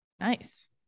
Nice